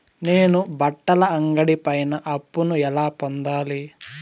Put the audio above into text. నేను బట్టల అంగడి పైన అప్పును ఎలా పొందాలి?